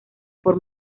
por